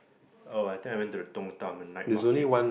oh I think I went to the Dong Da Men night market